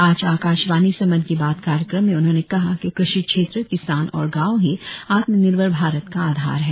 आज आकाशवाणी से मन की बात कार्यक्रम में उन्होंने कहा कि क्रषि क्षेत्र किसान और गांव ही आत्मनिर्भर भारत का आधार हैं